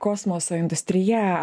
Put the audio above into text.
kosmoso industrija